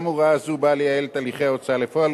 גם הוראה זו באה לייעל את הליכי ההוצאה לפועל